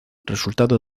resultado